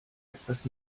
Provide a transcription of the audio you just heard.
etwas